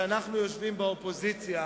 שאנחנו יושבים באופוזיציה,